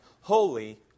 holy